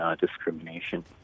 discrimination